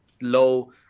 low